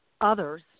others